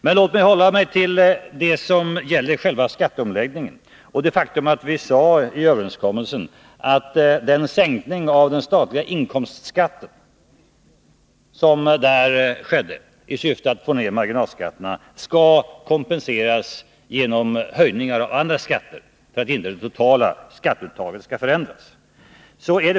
Men låt mig hålla mig till själva skatteomläggningen och det faktum att vi i överenskommelsen sade att den sänkning av den statliga inkomstskatten som skedde i syfte att få ned marginalskatterna skulle kompenseras genom höjningar av andra skatter, för att inte det totala skatteuttaget skulle förändras.